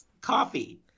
coffee